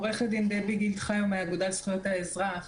אני עורכת הדין דבי גילד חיו מהאגודה לזכויות האזרח.